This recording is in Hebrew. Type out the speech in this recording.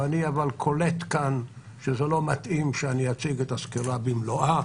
אבל אני קולט כאן שזה לא מתאים שאני אציג את הסקירה במלואה,